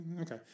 Okay